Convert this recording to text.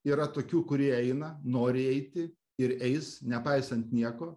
yra tokių kurie eina nori eiti ir eis nepaisant nieko